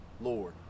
Lord